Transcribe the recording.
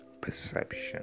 perception